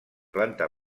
planta